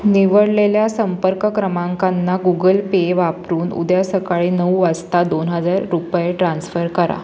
निवडलेल्या संपर्क क्रमांकांना गुगल पे वापरून उद्या सकाळी नऊ वाजता दोन हजार रुपये ट्रान्स्फर करा